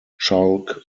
chalk